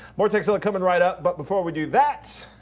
more tekzilla, coming right up. but before we do that,